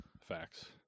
Facts